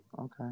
okay